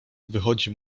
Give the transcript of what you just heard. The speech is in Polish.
wychodzi